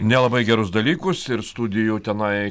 nelabai gerus dalykus ir studijų tenai